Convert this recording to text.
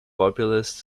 populist